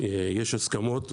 יש הסכמות,